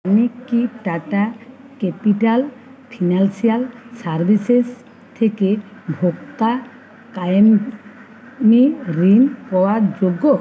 আমি কি Tata capital financial services থেকে ভোক্তা কায়েমী ঋণ পাওয়ার যোগ্য